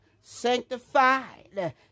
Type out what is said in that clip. sanctified